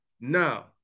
Now